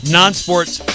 non-sports